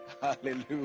Hallelujah